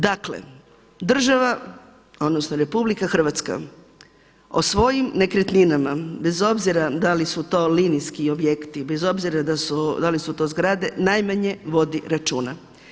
Dakle, država odnosno RH o svojim nekretninama bez obzira da li su to linijski objekti, bez obzira da li su to zgrade najmanje vodi računa.